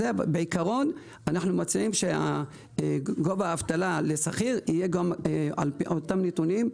בעיקרון אנו מציעים שגובה האבטלה לשכיר יהיה לפי אותם נתונים,